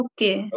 Okay